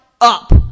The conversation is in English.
up